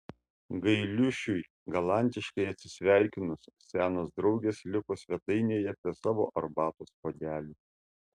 gailiušiui galantiškai atsisveikinus senos draugės liko svetainėje prie savo arbatos puodelių